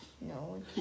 No